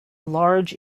large